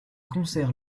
concerts